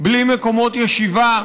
בלי מקומות ישיבה.